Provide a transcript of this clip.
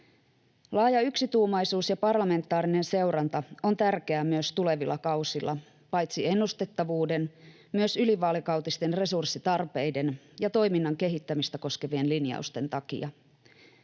Laaja yksituumaisuus ja parlamentaarinen seuranta on tärkeää myös tulevilla kausilla paitsi ennustettavuuden myös ylivaalikautisten resurssitarpeiden ja toiminnan kehittämistä koskevien linjausten takia.